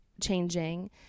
changing